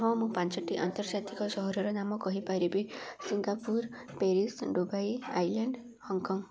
ହଁ ମୁଁ ପାଞ୍ଚଟି ଆନ୍ତର୍ଜାତିକ ସହରର ନାମ କହିପାରିବି Singapore Paris Dubai Ireland Hong Kong